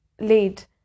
late